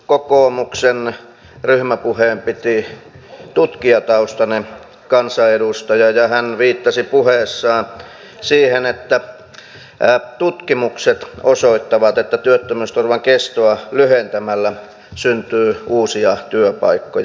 kokoomuksen ryhmäpuheen piti tutkijataustainen kansanedustaja ja hän viittasi puheessaan siihen että tutkimukset osoittavat että työttömyysturvan kestoa lyhentämällä syntyy uusia työpaikkoja